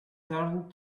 turned